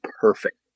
perfect